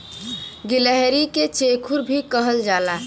गिलहरी के चेखुर भी कहल जाला